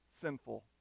sinful